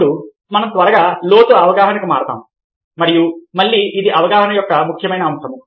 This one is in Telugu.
ఇప్పుడు మనం త్వరగా లోతు అవగాహనకి మారతాము మరియు మళ్లీ ఇది అవగాహన యొక్క ముఖ్యమైన అంశం